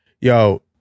yo